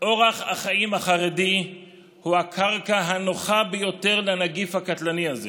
אורח החיים החרדי הוא הקרקע הנוחה ביותר לנגיף הקטלני הזה.